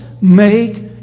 make